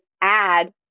add